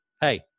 hey